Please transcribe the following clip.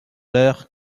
leur